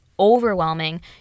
overwhelming